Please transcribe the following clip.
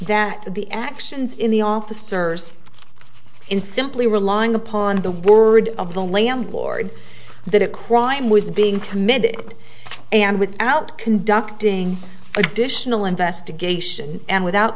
that the actions in the officers in simply relying upon the word of the landlord that a crime was being committed and without conducting additional